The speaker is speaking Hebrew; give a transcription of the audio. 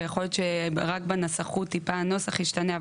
ויכול להיות שרק בנסחות טיפה הנוסח ישתנה,